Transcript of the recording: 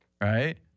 right